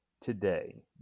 today